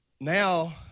Now